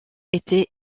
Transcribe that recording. étaient